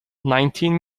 nineteen